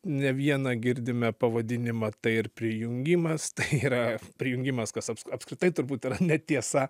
ne vieną girdime pavadinimą tai ir prijungimas tai yra prijungimas kas apskritai turbūt yra netiesa